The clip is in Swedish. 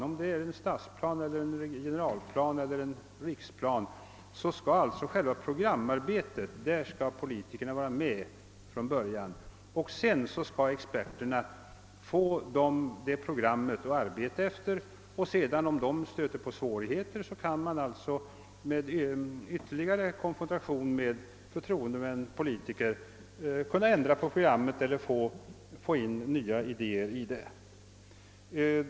Vare sig det gäller en stadsplan, en generalplan eller en riksplan skall alltså politikerna vara med från början i programarbetet. Sedan skall experterna få detta program att arbeta efter, och om de stöter på svårigheter kan man genom ytterligare konfrontation med förtroendemännen-politikerna ändra programmet eller föra in nya idéer i det.